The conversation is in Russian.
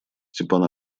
степан